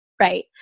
right